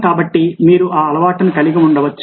కాబట్టి మీరు ఆ అలవాటును కలిగి ఉండవచ్చు